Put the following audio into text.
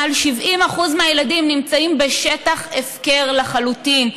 מעל 70% מהילדים נמצאים בשטח הפקר לחלוטין,